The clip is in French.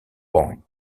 point